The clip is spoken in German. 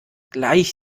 gleich